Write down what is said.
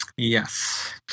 Yes